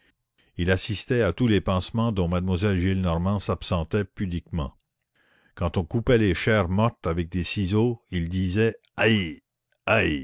il assistait à tous les pansements dont mademoiselle gillenormand s'absentait pudiquement quand on coupait les chairs mortes avec des ciseaux il disait aïe